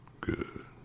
good